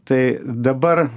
tai dabar